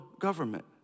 government